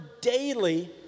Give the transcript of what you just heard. daily